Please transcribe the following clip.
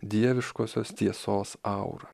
dieviškosios tiesos aurą